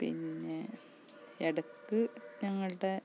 പിന്നെ ഇടക്ക് ഞങ്ങളുടെ